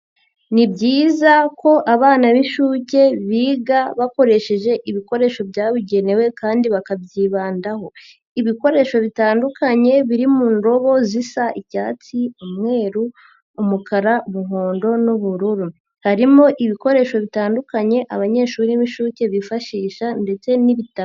Ni byiza ko abana b'inshuge biga bakoresheje ibikoresho byabugenewe kandi bakabyibandaho. Ibikoresho bitandukanye biri mu ndobo zisa icyatsi, umweru, umukara, umuhondo, n'ubururu. Harimo ibikoresho bitandukanye abanyeshuri b'inshuke bifashisha ndetse n'ibitabo.